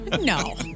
No